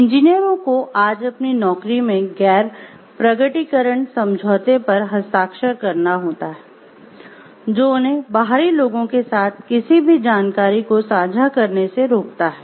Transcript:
इंजीनियरों को आज अपनी नौकरी में गैर प्रकटीकरण समझौते पर हस्ताक्षर करना होता है जो उन्हें बाहरी लोगों के साथ किसी भी जानकारी को साझा करने से रोकता है